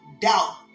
doubt